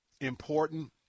important